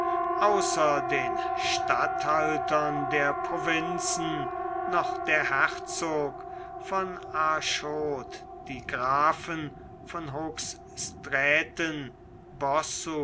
außer den statthaltern der provinzen noch der herzog von arschot die grafen von hoogstraten